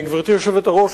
גברתי היושבת-ראש,